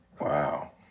Wow